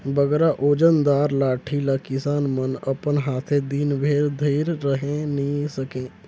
बगरा ओजन दार लाठी ल किसान मन अपन हाथे दिन भेर धइर रहें नी सके